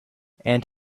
and